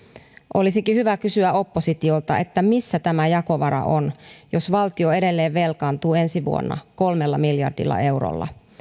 olisikin hyvä kysyä oppositiolta missä tämä jakovara on jos valtio edelleen velkaantuu ensi vuonna kolmella miljardilla eurolla